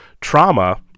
trauma